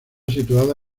situada